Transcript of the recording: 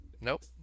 Nope